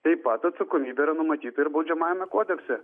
taip pat atsakomybė yra numatyta ir baudžiamajame kodekse